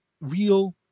real